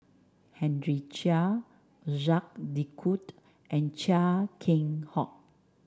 Henry Chia Jacques De Coutre and Chia Keng Hock